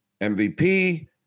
MVP